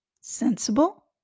Sensible